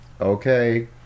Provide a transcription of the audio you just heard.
okay